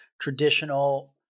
traditional